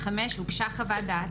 (5) הוגשה חוות דעת,